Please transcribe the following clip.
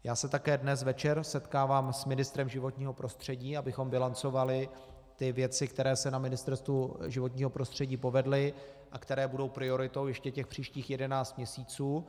Já se také dnes večer setkám s ministrem životního prostředí, abychom bilancovali ty věci, které se na Ministerstvu životního prostředí povedly a které budou prioritou ještě těch příštích 11 měsíců.